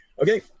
Okay